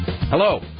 Hello